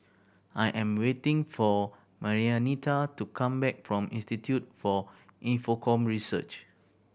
I am waiting for Marianita to come back from Institute for Infocomm Research